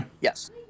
Yes